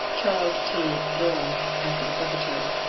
chas. t. gorham, acting secretary.